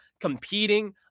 competing